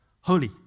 holy